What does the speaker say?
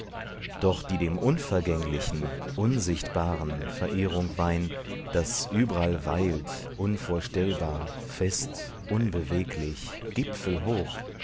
doch die dem unvergänglichen unsichtbaren verehrung weihn das üb'rall weilt unvorstellbar fest unbeweglich